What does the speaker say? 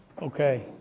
Okay